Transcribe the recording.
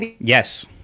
Yes